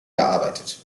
gearbeitet